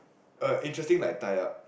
uh interesting like tie up